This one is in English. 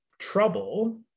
trouble